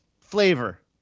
flavor